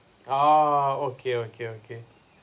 ah okay okay okay